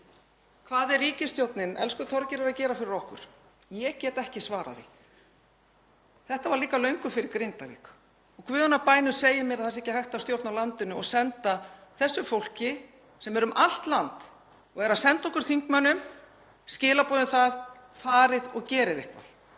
Hvað er ríkisstjórnin, elsku Þorgerður, að gera fyrir okkur? Ég get ekki svarað því. Þetta var líka löngu fyrir Grindavík. Í guðanna bænum, segið mér að það sé hægt að stjórna landinu og senda þessu fólki — sem er um allt land og er að senda okkur þingmönnum skilaboðin: Farið að gera eitthvað.